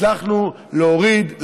הצלחנו להוריד,